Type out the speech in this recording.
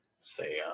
say